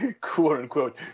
quote-unquote